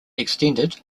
extended